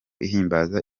ihimbaza